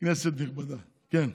כנסת נכבדה, כן,